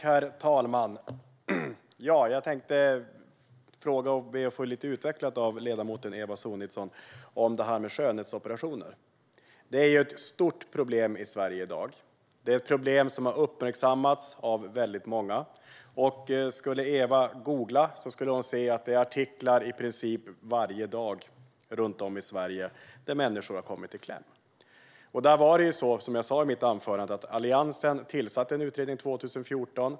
Herr talman! Jag tänkte be ledamoten Eva Sonidsson att utveckla det här med skönhetsoperationer lite. Det är ett stort problem i Sverige i dag. Det är ett problem som har uppmärksammats av väldigt många. Skulle Eva googla på det skulle hon se att det i princip varje dag finns artiklar om människor runt om i Sverige som har kommit i kläm. Som jag sa i mitt anförande tillsatte Alliansen en utredning 2014.